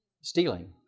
stealing